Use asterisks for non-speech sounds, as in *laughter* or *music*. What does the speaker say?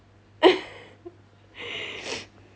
*laughs*